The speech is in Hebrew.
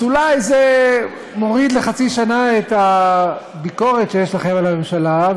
אז אולי זה מוריד לחצי שנה את הביקורת שיש לכם על הממשלה,